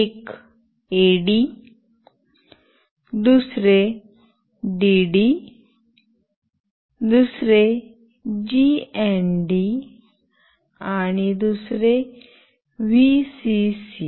एक एडी दुसरे डीडी दुसरे जीएनडी आणि दुसरे व्हीसीसी